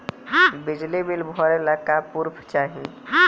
बिजली बिल भरे ला का पुर्फ चाही?